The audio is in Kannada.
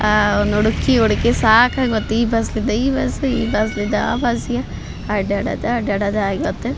ಅವ್ನ ಹುಡ್ಕಿ ಹುಡ್ಕಿ ಸಾಕಾಗೋತು ಈ ಬಸ್ನಿಂದ ಈ ಬಸ್ಸು ಈ ಬಸ್ನಿಂದ ಆ ಬಸ್ಗೆ ಅಡ್ಡಾಡೋದೆ ಅಡ್ಡಾಡೋದಾಗಿ ಹೋತ